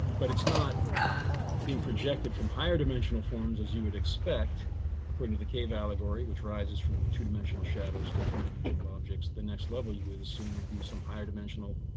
but it's not being projected from higher dimensional forms as you would expect according to the cave allegory, which rises from two dimensional shadows to three dimensional objects. the next level you would assume would be some higher dimensional,